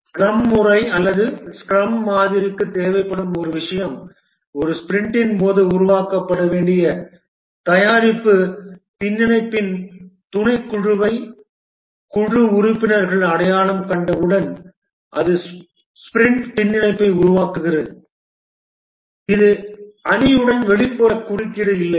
scrum முறை அல்லது scrum மாதிரிக்கு தேவைப்படும் ஒரு விஷயம் ஒரு ஸ்பிரிண்டின் போது உருவாக்கப்பட வேண்டிய தயாரிப்பு பின்னிணைப்பின் துணைக்குழுவை குழு உறுப்பினர்கள் அடையாளம் கண்டவுடன் அது ஸ்பிரிண்ட் பின்னிணைப்பை உருவாக்குகிறது இது அணியுடன் வெளிப்புற குறுக்கீடு இல்லை